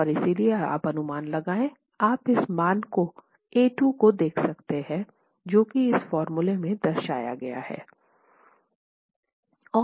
और इसलिए आप अनुमान लगाएंगे आप इस मान को a 2 देख सकते हैं